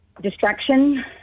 distraction